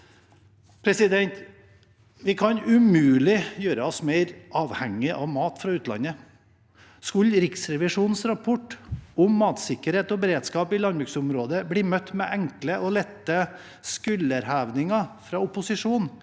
krav. Vi kan umulig gjøre oss mer avhengig av mat fra utlandet. Skulle Riksrevisjonens rapport om matsikkerhet og beredskap i landbruksområdet bli møtt med en enkel skulderheving fra opposisjonen,